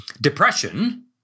Depression